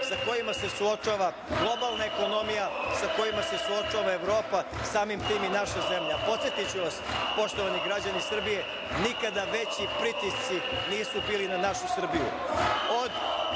sa kojima se suočava globalna ekonomija, sa kojima se suočava Evropa, samim tim i naša zemlja. Podsetiću vas, poštovani građani Srbije, nikada veći pritisci nisu bili na našu Srbiju,